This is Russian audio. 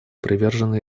привержены